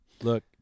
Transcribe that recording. Look